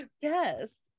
Yes